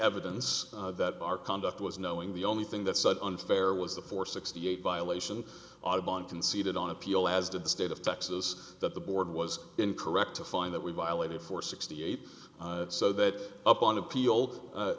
evidence that our conduct was knowing the only thing that said unfair was the four sixty eight violation audubon conceded on appeal as did the state of texas that the board was incorrect to find that we violated for sixty eight so that up on